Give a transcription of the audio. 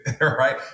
right